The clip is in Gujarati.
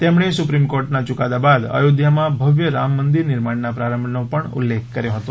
તેમણે સુપ્રીમ કોર્ટના યુકાદા બાદ અયોધ્યામાં ભવ્ય રામ મંદિર નિર્માણના પ્રારંભનો પણ ઉલ્લેખ કર્યો હતો